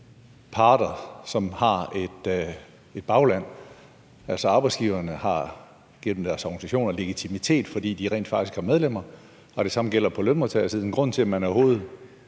parter, som har et bagland. Altså, arbejdsgiverne har gennem deres organisationer legitimitet, fordi de rent faktisk har medlemmer, og det samme gælder på lønmodtagersiden. Grunden til, at man overhovedet